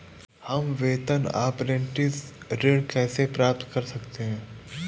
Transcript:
हम वेतन अपरेंटिस ऋण कैसे प्राप्त कर सकते हैं?